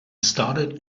started